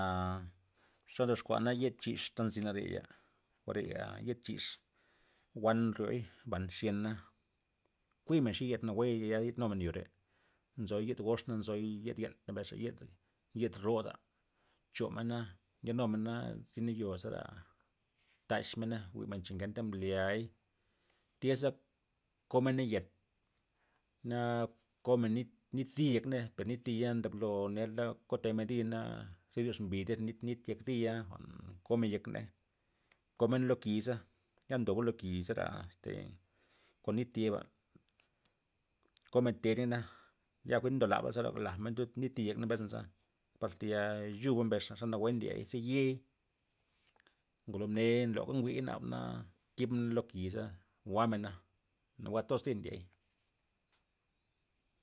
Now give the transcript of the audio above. ze ndoxkuana yed chix ta nzi re'ya, jware'ya yed chix wan nrio'y ba nxyena, kuymen xe nya yed nawue nya' jwa'na yed numen yo're, nzo yed gox na nzo yed yen' mbesxa yed yed ro'da chomena ndya numena zina yoba'za zera taxmena jwi'men cha na ngenta mbli'ay, tya'za komena yet na komen nit nit di yekney per nit di'a ndab blo nerla kotemen di'na ze ryoxbi di' nit- nit yek di'ya komen yekney tobmena lo kiza ya ndobley loki' zera este kon nit yeba, komen teda'na ya jwi'n ndob laba zera lajmen lud nit di yekney mesnaza par tayal nchuba' mbesxa za nawue ndi'ey ze ye'i ngolo mne mblyaba nguya nabana kibmena lo ki'za jwa'mena, nawue toztir ndi'ey.